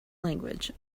language